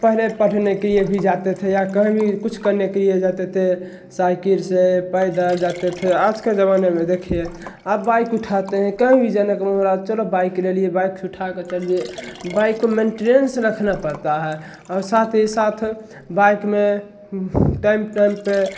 पहले पढ़ने के लिए भी जाते थे या कहीं भी कुछ करने के लिए जाते थे साइकिल से पैदल जाते थे आज के ज़माने में देखिए अब बाइक उठाते हैं कहीं भी जाने का मन हो रहा है तो चलो बाइक ले लिए बाइक उठाकर चल दिए बाइक को मेंटेनेंस रखना पड़ता है और साथ ही साथ बाइक में टाइम टाइम पर